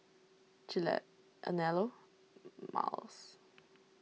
Gillette Anello Miles